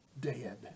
dead